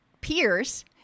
peers